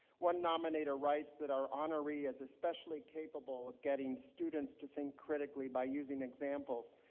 one nominator writes that our honoree is especially capable of getting students to think critically by using examples,